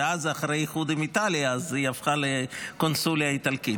ואז אחרי האיחוד עם איטליה היא הפכה לקונסוליה האיטלקית.